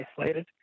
isolated